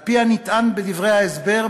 על-פי הנטען בדברי ההסבר,